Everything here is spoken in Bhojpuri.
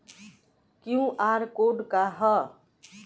क्यू.आर कोड का ह?